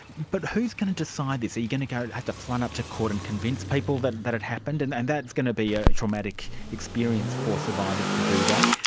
but who is going to decide this? are you going to kind of have to front up to court and convince people that that it happened? and and that's going to be a traumatic experience for survivors to do that.